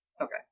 Okay